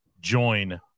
join